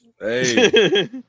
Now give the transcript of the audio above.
Hey